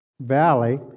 valley